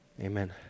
Amen